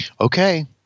Okay